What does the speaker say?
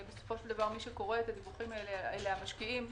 מי שקורא את הדיווחים האלה הם המשקיעים.